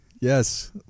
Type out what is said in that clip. Yes